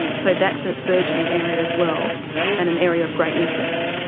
and so that's a burgeoning area as well and an area of great interest.